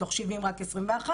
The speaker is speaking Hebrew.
מתוך 70 רק 21,